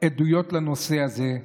עדויות לנושא הזה,